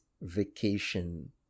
vacation